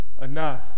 enough